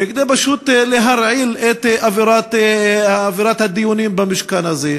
כדי פשוט להרעיל את אווירת הדיונים במשכן הזה.